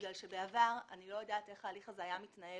אני לא יודעת איך ההליך הזה היה מתנהל